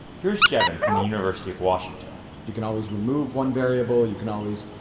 here's jevin from the university of washington you can always remove one variable. you can always,